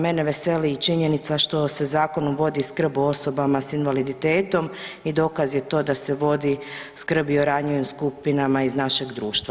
Mene veseli i činjenica što se Zakonom i vodi skrb o osobama s invaliditetom i dokaz je to da se vodi skrb i o ranjivim skupinama iz našeg društva.